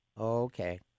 Okay